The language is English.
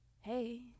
Hey